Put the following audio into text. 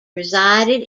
resided